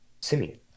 Simeon